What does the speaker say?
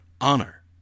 honor